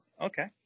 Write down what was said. Okay